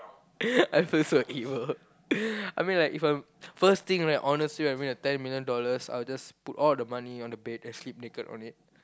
I feel so evil I mean like if I'm first thing right honestly right If I had ten million dollars I would just put on the money on the bed and sleep naked on it